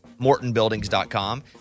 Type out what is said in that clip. MortonBuildings.com